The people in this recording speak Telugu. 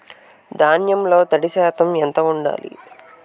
ధాన్యంలో తడి శాతం ఎంత ఉండాలి?